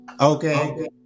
okay